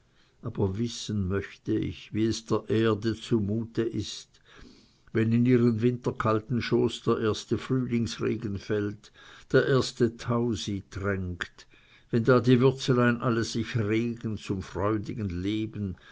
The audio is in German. aber wissen möchte ich wie es der erde zu mute ist wenn in ihren winterkalten schoß der erste frühlingsregen fällt der erste tau sie tränket wenn da die würzlein alle sich regen zum freudigen leben